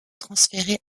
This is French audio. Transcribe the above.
transférés